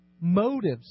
Motives